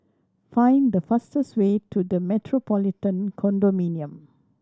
find the fastest way to The Metropolitan Condominium